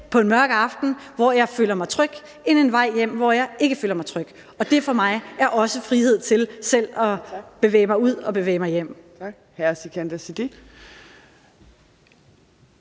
en vej hjem, hvor jeg føler mig tryg, end en vej hjem, hvor jeg ikke føler mig tryg. Det er for mig også frihed, altså selv at bevæge mig ud og bevæge mig hjem.